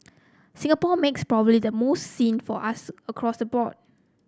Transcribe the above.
Singapore makes probably the most seen for us across the board